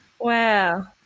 Wow